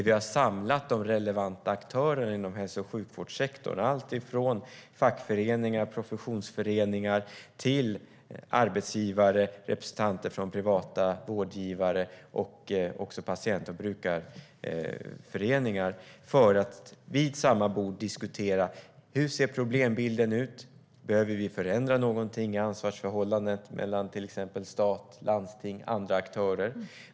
Vi har samlat relevanta aktörer inom hälso och sjukvårdssektorn, alltifrån fackföreningar, professionsberedningar till arbetsgivare, representanter för privata vårdgivare och också patienter från brukarföreningar för att tillsammans diskutera hur problembilder ser ut. Är det något som behöver förändras i ansvarsförhållanden mellan till exempel stat, landsting och andra aktörer?